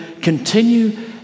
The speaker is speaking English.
continue